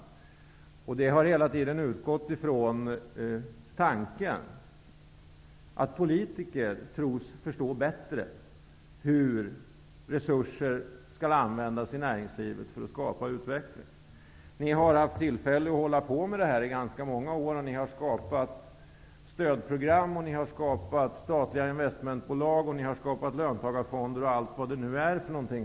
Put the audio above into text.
Socialdemokraterna har hela tiden utgått ifrån tanken att politiker bättre skulle förstå hur resurser i näringslivet skall användas för att skapa utveckling. Ni socialdemokrater har haft tillfälle att hålla på med detta i ganska många år. Ni har skapat stödprogram, statliga investmentbolag, löntagarfonder och allt vad det är.